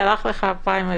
מיקי, הלך לך הפריימריז.